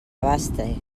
abaste